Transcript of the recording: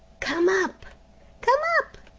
come up come up.